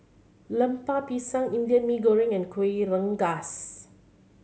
Lemper Pisang Indian Mee Goreng and Kueh Rengas